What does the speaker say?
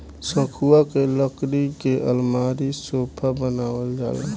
सखुआ के लकड़ी के अलमारी, सोफा बनावल जाला